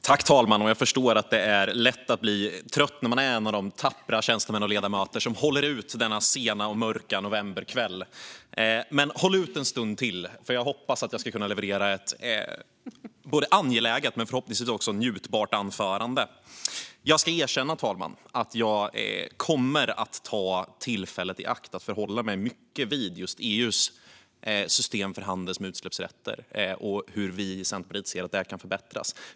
Fru talman! Jag förstår att det är lätt att bli trött när man är en av de tappra tjänstemän eller ledamöter som håller ut denna sena och mörka novemberkväll. Men håll ut en stund till, för jag hoppas att jag ska leverera ett både angeläget och förhoppningsvis också njutbart anförande. Jag ska erkänna, fru talman, att jag kommer att ta tillfället i akt att förhålla mig mycket till EU:s system för handel med utsläppsrätter och hur vi i Centerpartiet anser att det kan förbättras.